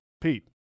Pete